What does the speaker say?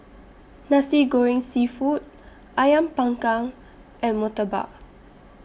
Nasi Goreng Seafood Ayam Panggang and Murtabak